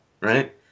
right